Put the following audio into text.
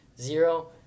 zero